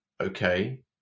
okay